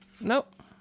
Nope